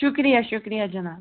شُکرِیہ شُکرِیہ جِناب